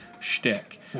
shtick